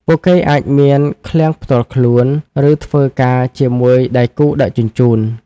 ពួកគេអាចមានឃ្លាំងផ្ទាល់ខ្លួន ឬធ្វើការជាមួយដៃគូដឹកជញ្ជូន។